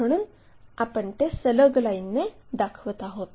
म्हणून आपण ते सलग लाईनने दाखवत आहोत